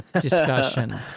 discussion